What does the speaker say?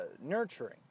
nurturing